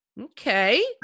Okay